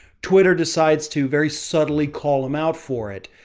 twitter decides to very subtly call him out for it.